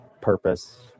purpose